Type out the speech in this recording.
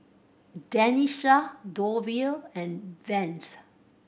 Tenisha Dovie and Vance